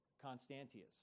Constantius